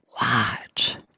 watch